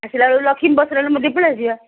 ଆସିଲା ବେଳେ ଲକ୍ଷ୍ମୀ ବସ୍ରେ ନହେଲେ ପଳାଇ ଆସିବା